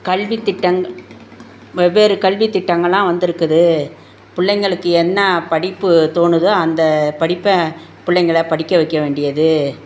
கல்வித் திட்டங் வெவ்வேறு கல்வித் திட்டங்கள்லாம் வந்துருக்குது பிள்ளைங்களுக்கு என்ன படிப்பு தோணுதோ அந்த படிப்பை பிள்ளைங்கள படிக்க வைக்க வேண்டியது